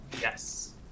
Yes